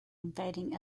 inviting